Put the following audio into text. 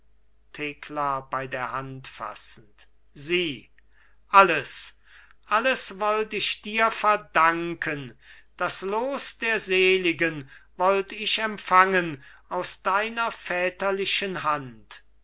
thekla bei der hand fassend sieh alles alles wollt ich dir verdanken das los der seligen wollt ich empfangen aus deiner väterlichen hand